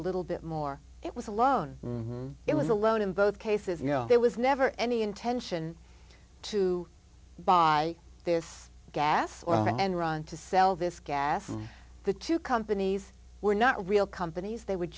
a little bit more it was a loan it was alone in both cases you know there was never any intention to buy this gas or enron to sell this gas the two companies were not real companies they w